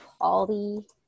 Polly